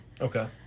okay